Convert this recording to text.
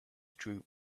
droop